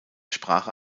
sprache